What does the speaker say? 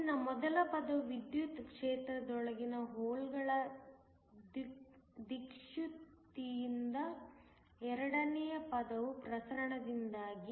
ಆದ್ದರಿಂದ ಮೊದಲ ಪದವು ವಿದ್ಯುತ್ ಕ್ಷೇತ್ರದೊಳಗಿನ ಹೋಲ್ಗಳ ದಿಕ್ಚ್ಯುತಿಯಿಂದಾಗಿ ಎರಡನೆಯ ಪದವು ಪ್ರಸರಣದಿಂದಾಗಿ